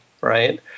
right